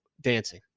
dancing